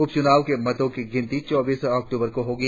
उप चुनाव के मतों की गिनती चौबीस अक्टूबर को होगी